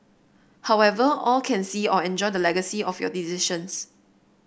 however all can see or enjoy the legacy of your decisions